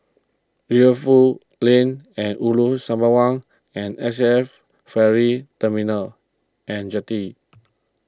Rivervale Lane and Ulu Sembawang and S A F Ferry Terminal and Jetty